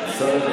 השר אלקין,